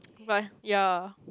but ya